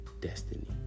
destiny